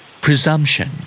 Presumption